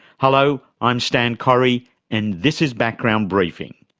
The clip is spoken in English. hello, i'm stan correy and this is background briefing.